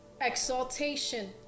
exaltation